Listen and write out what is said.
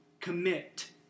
commit